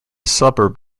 suburb